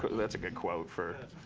that's a good quote for